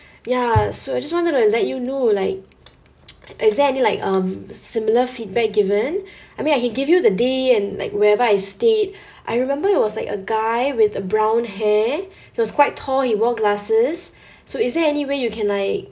ya so I just wanted to let you know like is there any like um similar feedback given I mean I can give you the day and like whenever I stayed I remember it was like a guy with a brown hair he was quite tall he wore glasses so is there any way you can like